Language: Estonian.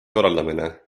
korraldamine